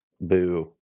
boo